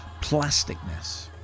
plasticness